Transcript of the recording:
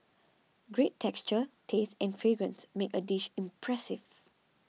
great texture taste and fragrance make a dish impressive